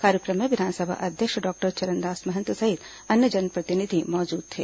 कार्यक्रम में विधानसभा अध्यक्ष डॉक्टर चरणदास महंत सहित अन्य जनप्रतिनिधि मौजूद थे